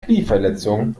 knieverletzung